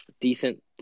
decent